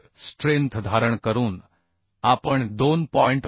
तर स्ट्रेंथ धारण करून आपण 2